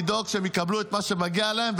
לדאוג שהם יקבלו את מה שמגיע להם,